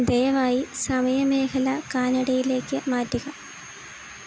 ദയവായി സമയമേഖല കാനഡയിലേക്ക് മാറ്റുക